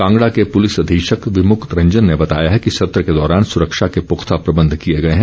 कांगड़ा के पुलिस अधीक्षक विमुक्त रंजन ने बताया है कि सत्र के दौरान सुरक्षा के पुख्ता प्रबंध किए गए हैं